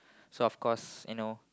so of course you know